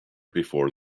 before